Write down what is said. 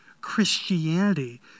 Christianity